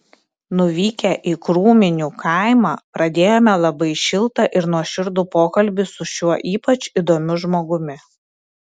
nuvykę į krūminių kaimą pradėjome labai šiltą ir nuoširdų pokalbį su šiuo ypač įdomiu žmogumi